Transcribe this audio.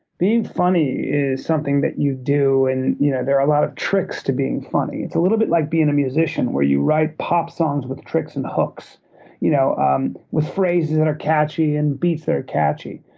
being funny is something that you do, and you know there are a lot of tricks to being funny. it's a little bit like being a musician, where you write pop songs with tricks and hooks you know um with phrases that are catchy and beats that are catchy.